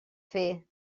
fer